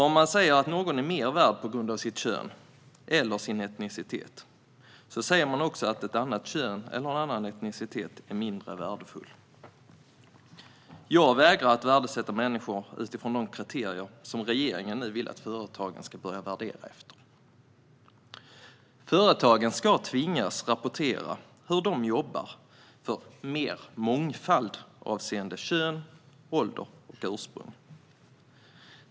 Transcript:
Om man säger att någon är mer värd på grund av sitt kön eller sin etnicitet säger man nämligen också att ett annat kön eller en annan etnicitet är mindre värdefull. Jag vägrar att värdesätta människor utifrån de kriterier som regeringen nu vill att företagen ska börja värdera efter. Företagen ska tvingas rapportera hur de jobbar för mer mångfald avseende kön, ålder och ursprung.